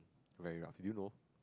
very rough do you know